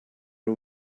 are